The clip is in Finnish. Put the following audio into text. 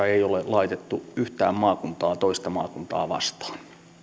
ei ole laitettu yhtään maakuntaa toista maakuntaa vastaan